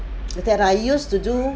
that I used to do